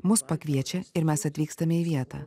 mus pakviečia ir mes atvykstame į vietą